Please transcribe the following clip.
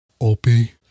Opie